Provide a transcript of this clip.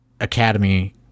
academy